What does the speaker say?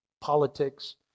Politics